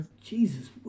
Jesus